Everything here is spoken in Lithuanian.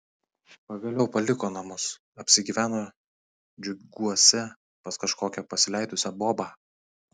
pagaliau paliko namus apsigyveno džiuguose pas kažkokią pasileidusią bobą